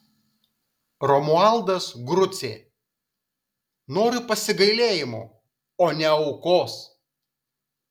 romualdas grucė noriu pasigailėjimo o ne aukos